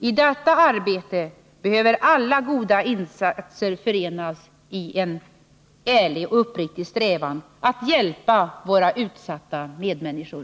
I detta arbete behöver alla goda insatser förenas i en ärlig och uppriktig strävan att hjälpa våra utsatta medmänniskor.